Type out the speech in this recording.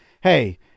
hey